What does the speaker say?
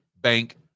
bank